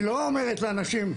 היא לא אומרת לאנשים,